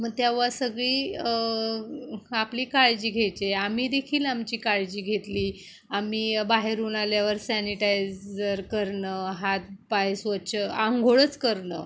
मग तेव्हा सगळी आपली काळजी घ्यायचे आम्ही देखील आमची काळजी घेतली आम्ही बाहेरून आल्यावर सॅनिटायझर करणं हातपाय स्वच्छ आंघोळच करणं